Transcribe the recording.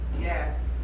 yes